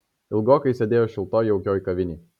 ilgokai sėdėjo šiltoj jaukioj kavinėj